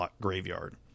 graveyard